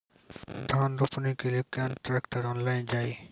धान रोपनी के लिए केन ट्रैक्टर ऑनलाइन जाए?